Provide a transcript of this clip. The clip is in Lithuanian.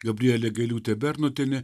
gabrielė gailiūtė bernotienė